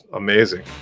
amazing